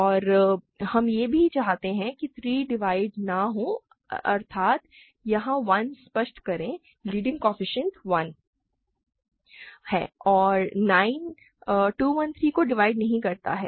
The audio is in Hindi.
और हम यह भी चाहते हैं कि 3 डिवाइड न हो अर्थात यहां 1 स्पष्ट करें लीडिंग कोएफ़िशिएंट 1 है और 9 213 को डिवाइड नहीं करता है